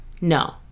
No